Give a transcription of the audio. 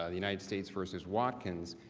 ah the united states versus watkins.